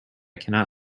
cannot